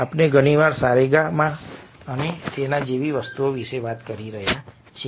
આપણે ઘણી વાર સારેગા મા અને તેના જેવી વસ્તુઓ વિશે વાત કરીએ છીએ